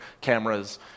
cameras